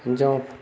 jump